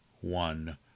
one